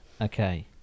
Okay